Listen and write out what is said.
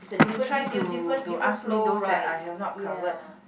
you try to to ask me those that I have not covered